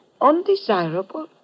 Undesirable